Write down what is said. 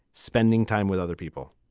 spending time with other people.